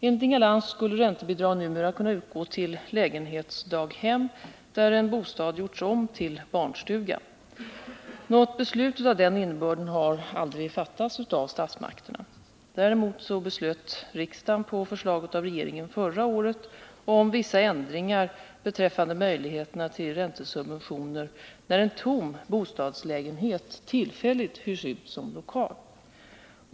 Enligt Inga Lantz skulle räntebidrag numera kunna utgå till lägenhetsdaghem där en bostad gjorts om till barnstuga. Något beslut av den innebörden har dock aldrig fattats av statsmakterna. Däremot beslöt riksdagen på förslag av regeringen förra året om vissa ändringar beträffande möjligheterna till räntesubventioner när en tom bostadslägenhet tillfälligt hyrs ut som lokal.